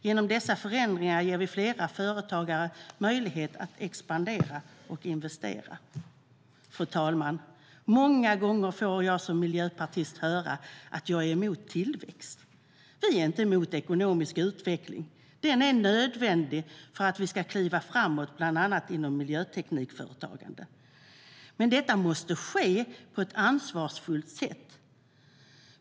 Genom dessa förändringar ger vi fler företagare möjlighet att expandera och investera. Fru talman! Många gånger får jag som miljöpartist höra att jag är emot tillväxt. Vi är inte emot ekonomisk utveckling - den är nödvändig för att vi ska kliva framåt bland annat inom miljöteknikföretagande. Detta måste dock ske på ett ansvarsfullt sätt.